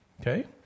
Okay